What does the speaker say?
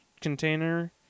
container